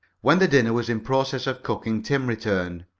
when the dinner was in process of cooking tim returned.